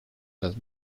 las